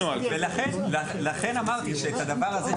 לכן אמרתי שאת הדבר הזה,